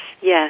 yes